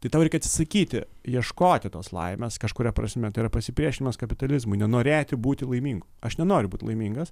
tai tau reikia atsisakyti ieškoti tos laimės kažkuria prasme tai yra pasipriešinimas kapitalizmui nenorėti būti laimingu aš nenoriu būt laimingas